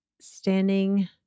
standing